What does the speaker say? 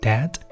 Dad